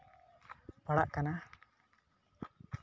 ᱯᱟᱲᱟᱜ ᱠᱟᱱᱟ